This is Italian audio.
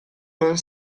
non